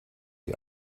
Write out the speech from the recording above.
die